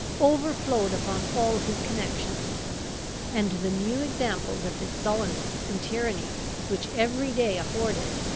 overflowed upon all his connections and the new examples of his sullenness and tyranny which every day afforded,